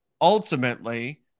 Ultimately